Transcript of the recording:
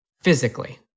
Physically